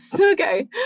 Okay